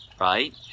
Right